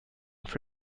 for